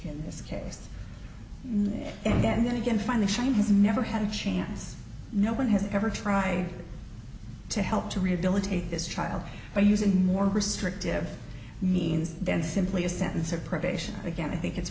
in this case and then again finally showing he's never had a chance no one has ever tried to help to rehabilitate this child by using more restrictive means than simply a sentence of probation again i think it's